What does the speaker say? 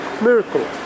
Miracle